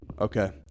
Okay